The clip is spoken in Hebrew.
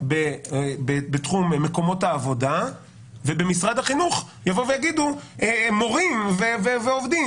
בתחום מקומות העבודה ובמשרד החינוך יגידו שמורים ועובדים